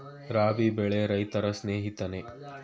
ರಾಬಿ ಬೆಳೆ ರೈತರ ಸ್ನೇಹಿತನೇ?